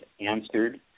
answered